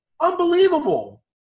Unbelievable